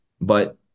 but-